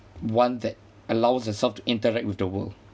one that allows yourself to interact with the world